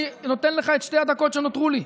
אני נותן לך את שתי הדקות שנותרו לי,